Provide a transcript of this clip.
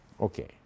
Okay